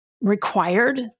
required